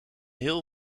heel